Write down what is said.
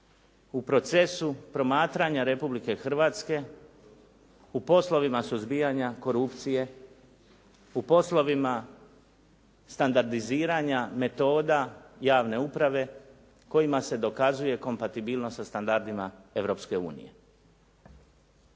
u procesu promatranja Republike Hrvatske u poslovima suzbijanja korupcije, u poslovima standardiziranja metoda javne uprave kojima se dokazuje kompatibilnost sa standardima